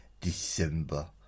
December